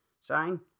sign